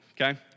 okay